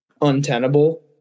untenable